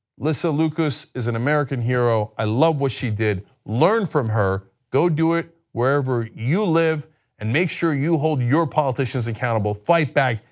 lissa lucas is an american hero, i love what she did, learn from her, do it wherever you live and make sure you hold your politicians accountable, fight back,